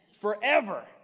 Forever